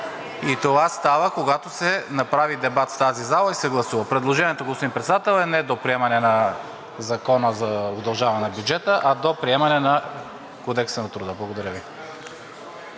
Това става, когато се направи дебат в тази зала и се гласува. Предложението, господин Председател, е не до приемане на Закона за удължаване на бюджета, а до приемане на Кодекса на труда. Благодаря Ви.